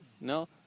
No